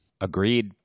Agreed